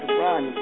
run